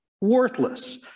worthless